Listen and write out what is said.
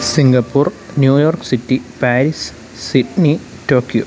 Singapore New York city Paris Sydney Tokyo